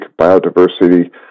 biodiversity